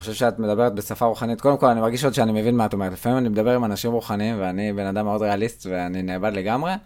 אני חושב שאת מדברת בשפה רוחנית, קודם כל אני מרגיש עוד שאני מבין מה את אומרת, לפעמים אני מדבר עם אנשים רוחניים ואני בן אדם מאוד ריאליסט ואני נאבד לגמרי.